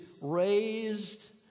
raised